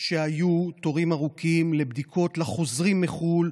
שהיו תורים ארוכים, לבדיקות לחוזרים מחו"ל.